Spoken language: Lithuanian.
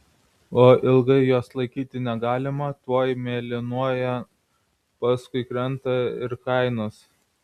o ilgai jos laikyti negalima tuoj mėlynuoja paskui krenta ir kainos